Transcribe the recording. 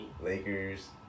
Lakers